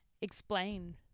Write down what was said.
explain